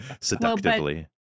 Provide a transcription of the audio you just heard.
seductively